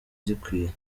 zikwiye